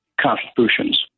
contributions